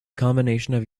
combination